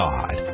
God